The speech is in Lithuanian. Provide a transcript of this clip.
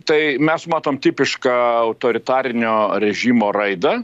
tai mes matom tipišką autoritarinio režimo raidą